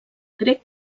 grec